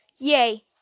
yay